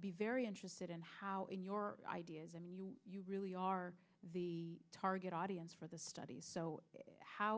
be very interested in how in your ideas and you really are the target audience for the study so how